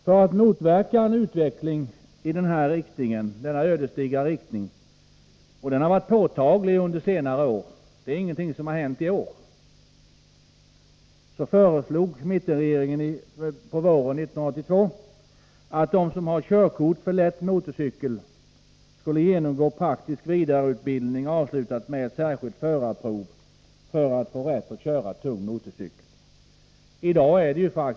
För att motverka en utveckling i denna ödesdigra riktning — och den utvecklingen har varit påtaglig inte bara i år utan under de senaste åren — föreslog mittenregeringen våren 1982 att innehavare av körkort för lätt motorcykel skulle genomgå praktisk vidareutbildning som avslutades med särskilt förarprov för att de skulle få köra med tung motorcykel.